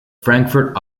frankfurt